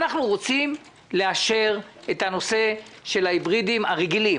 אנחנו רוצים לאשר את הנושא של ההיברידים הרגילים,